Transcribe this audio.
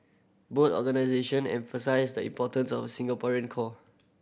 both organisation emphasise the importance of a Singaporean core